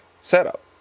setup